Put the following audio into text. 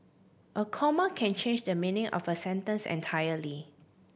a comma can change the meaning of a sentence entirely